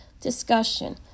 discussion